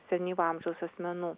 senyvo amžiaus asmenų